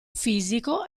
fisico